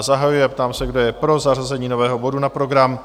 Zahajuji a ptám se, kdo je pro zařazení nového bodu na program?